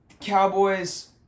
Cowboys